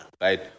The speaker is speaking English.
right